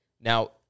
Now